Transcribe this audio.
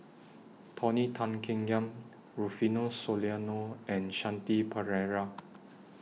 Tony Tan Keng Yam Rufino Soliano and Shanti Pereira